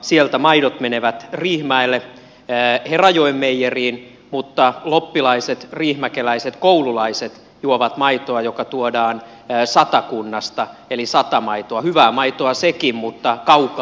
sieltä maidot menevät riihimäelle herajoen meijeriin mutta loppilaiset riihimäkeläiset koululaiset juovat maitoa joka tuodaan satakunnasta eli satamaitoa hyvää maitoa sekin mutta kaukaa se tuodaan